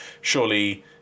surely